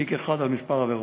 תיק אחד על כמה עבירות,